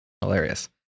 Hilarious